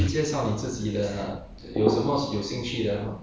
你可以继续吃你的东西